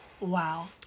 Wow